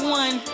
one